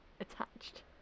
attached